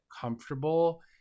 comfortable